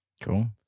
Cool